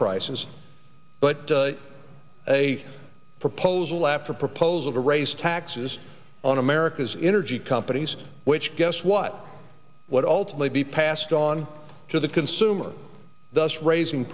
prices but a proposal after proposal to raise taxes on america's energy companies which guess what what ultimately be passed on to the consumer thus raising